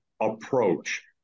approach